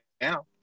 now